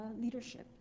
leadership